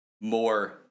more